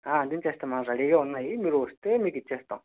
అదించేస్తాం madam రెడీగా ఉన్నాయి మీరు వస్తే మీకిచ్చేస్తాం